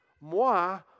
moi